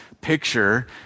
picture